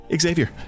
Xavier